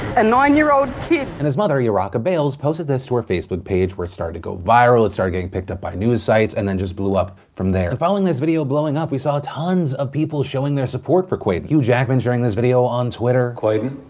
a nine-year-old kid. and his mother, yarraka bayles, posted this to her facebook page where it started to go viral, it started getting picked up by news sites, and then just blew up from there. and following this video blowing up, we saw tons of people showing their support for quaden. hugh jackman sharing this video of twitter. quaden,